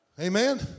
Amen